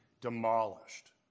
demolished